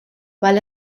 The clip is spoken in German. weil